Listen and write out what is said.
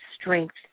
strength